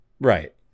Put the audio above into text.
right